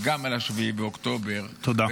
גם על 7 באוקטובר -- תודה.